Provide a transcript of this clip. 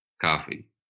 Coffee